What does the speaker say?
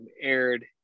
aired